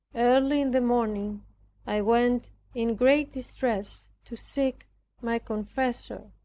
early in the morning i went in great distress to seek my confessor.